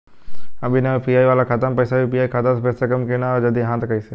हम बिना यू.पी.आई वाला खाता मे पैसा यू.पी.आई से भेज सकेम की ना और जदि हाँ त कईसे?